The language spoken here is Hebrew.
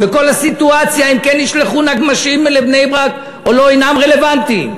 וכל הסיטואציה אם כן ישלחו נגמ"שים לבני-ברק או לא אינה רלוונטית.